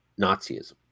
Nazism